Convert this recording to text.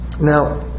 Now